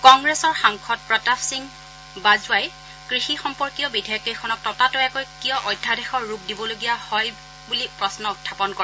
কংগ্ৰেছৰ সাংসদ প্ৰতাপ সিং বাজ্ৱাই কৃষি সম্পৰ্কীয় বিধেয়ককেইখনক ততাতৈয়াকৈ কিয় অধ্যাদেশৰ ৰূপ দিবলগীয়া হ'ল বুলি প্ৰশ্ন উখাপন কৰে